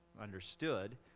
understood